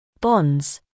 Bonds